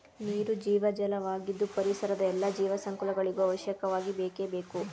ನೀರು ಜೀವಜಲ ವಾಗಿದ್ದು ಪರಿಸರದ ಎಲ್ಲಾ ಜೀವ ಸಂಕುಲಗಳಿಗೂ ಅತ್ಯವಶ್ಯಕವಾಗಿ ಬೇಕೇ ಬೇಕು